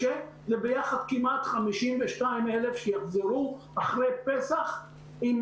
וביחד כמעט 52 אלף שיחזרו אחרי פסח עם